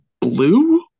Blue